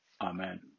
Amen